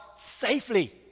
safely